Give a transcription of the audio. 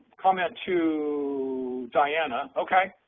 comment to diana, okay.